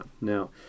Now